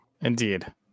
Indeed